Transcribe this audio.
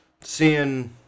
seeing